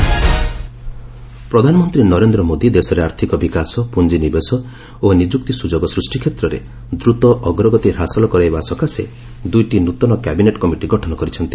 committee ପ୍ରଧାନମନ୍ତ୍ରୀ ନରେନ୍ଦ୍ର ମୋଦି ଦେଶରେ ଆର୍ଥକ ବିକାଶ ପୁଞ୍ଜିନିବେଶ ଓ ନିଯୁକ୍ତି ସୁଯୋଗ ସୃଷ୍ଟି କ୍ଷେତ୍ରରେ ଦ୍ରତ ଅଗ୍ରଗତି ହାସଲ କରାଇବା ସକାଶେ ଦୁଇଟି ନୃତନ କ୍ୟାବିନେଟ୍ କମିଟି ଗଠନ କରିଛନ୍ତି